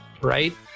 right